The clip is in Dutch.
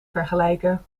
vergelijken